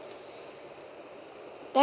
have